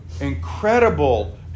incredible